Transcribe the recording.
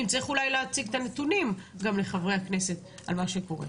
אם צריך אולי להציג את הנתונים גם לחברי הכנסת על מה שקורה.